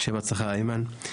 בהצלחה, איימן.